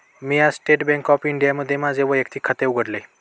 मी आज state bank of इंडियामध्ये माझे वैयक्तिक खाते उघडले